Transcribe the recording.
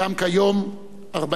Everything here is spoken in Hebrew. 40 שנה מאז,